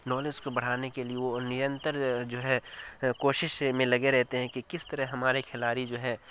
knowledge کو بڑھانے کے لیے وہ نینتر جو ہے کوشش میں لگے رہتے ہیں کہ کس طرح ہمارے کھلاڑی جو ہے